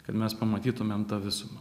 kad mes pamatytumėm tą visumą